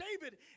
David